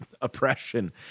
oppression